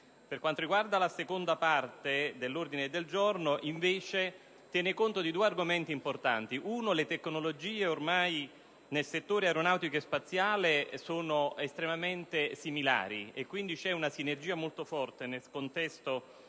italiana. La seconda parte dell'ordine del giorno, invece, tiene conto di due argomenti importanti: in primo luogo, le tecnologie nel settore aeronautico e spaziale ormai sono estremamente similari, quindi c'è una sinergia molto forte in quel contesto